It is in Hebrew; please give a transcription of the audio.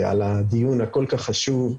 ולדיון הכל כך חשוב.